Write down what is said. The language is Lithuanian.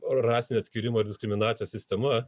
rasinio atskyrimo ir diskriminacijos sistema